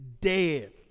dead